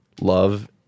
love